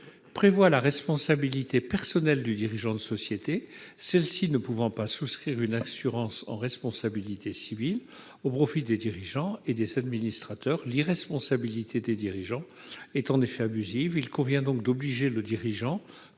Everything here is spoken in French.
prévoir la responsabilité personnelle du dirigeant de société, celle-ci ne pouvant pas souscrire une assurance en responsabilité civile au profit des dirigeants et des administrateurs. L'irresponsabilité des dirigeants est en effet abusive ; il convient donc d'obliger le dirigeant